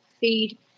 feed